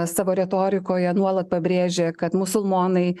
savo retorikoje nuolat pabrėžė kad musulmonai